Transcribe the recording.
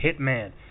Hitman